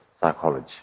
psychology